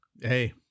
Hey